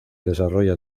desarrolla